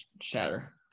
shatter